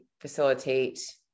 facilitate